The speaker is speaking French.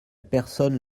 personne